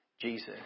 Jesus